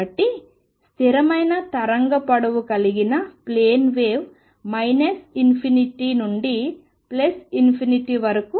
కాబట్టి స్థిరమైన తరంగ పొడవు కలిగిన ప్లేన్ వేవ్ నుండి వరకు వ్యాపిస్తుంది